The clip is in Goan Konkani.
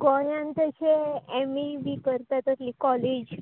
गोंयान तशें एम ए बी करता तसली कॉलेज